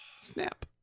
Snap